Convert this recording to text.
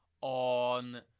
on